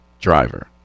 driver